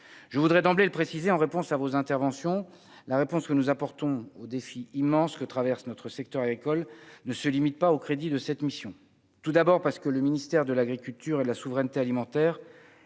je voudrais d'emblée le préciser, en réponse à vos interventions, la réponse que nous apportons aux défis immenses que traverse notre secteur agricole ne se limite pas aux crédits de cette mission, tout d'abord parce que le ministère de l'Agriculture et de la souveraineté alimentaire